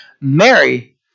Mary